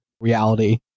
reality